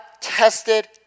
tested